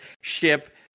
ship